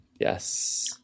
yes